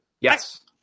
Yes